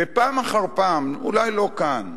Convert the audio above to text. ופעם אחר פעם, אולי לא כאן,